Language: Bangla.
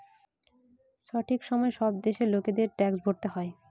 সঠিক সময়ে সব দেশের লোকেদের ট্যাক্স ভরতে হয়